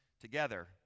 together